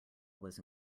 was